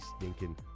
stinking